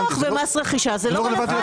זה לא רלוונטי,